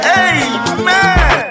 amen